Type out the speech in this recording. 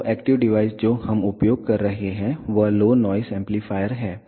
तो active device जो हम उपयोग कर रहे हैं वह लो नॉइस एम्पलीफायर है